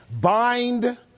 Bind